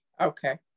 Okay